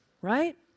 right